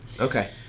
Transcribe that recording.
Okay